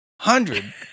Hundred